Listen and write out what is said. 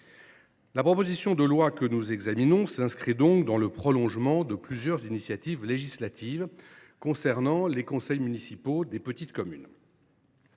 La proposition de loi que nous examinons s’inscrit donc dans le prolongement de plusieurs initiatives législatives relatives aux conseils municipaux des petites communes.